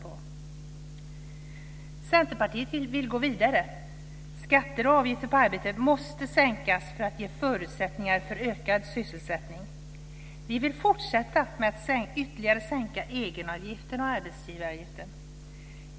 Centerpartiet vill gå vidare. Skatter och avgifter på arbete måste sänkas för att ge förutsättningar för ökad sysselsättning. Vi vill fortsätta med att ytterligare sänka egenavgiften och arbetsgivaravgiften.